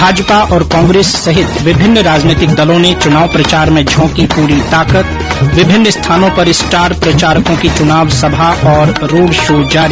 भाजपा और कांग्रेस सहित विभिन्न राजनैतिक दलों ने चुनाव प्रचार में झोंकी पूरी ताकत विभिन्न स्थानों पर स्टार प्रचारकों की चुनाव सभा और रोड शो जारी